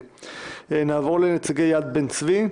נעבור לנציגי יד בן צבי.